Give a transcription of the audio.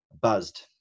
buzzed